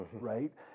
right